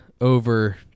over